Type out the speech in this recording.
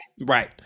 Right